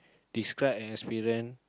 describe an experience